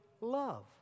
love